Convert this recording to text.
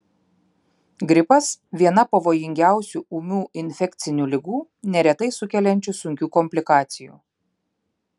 gripas viena pavojingiausių ūmių infekcinių ligų neretai sukeliančių sunkių komplikacijų